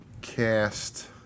cast